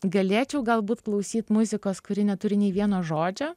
galėčiau galbūt klausyt muzikos kuri neturi nei vieno žodžio